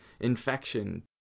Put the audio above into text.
infection